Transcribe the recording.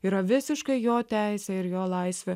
yra visiška jo teisė ir jo laisvė